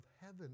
heaven